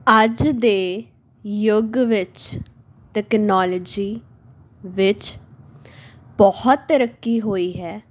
ਅੱਜ ਦੇ ਯੁੱਗ ਵਿੱਚ ਤਕਨੋਲਜੀ ਵਿੱਚ ਬਹੁਤ ਤਰੱਕੀ ਹੋਈ ਹੈ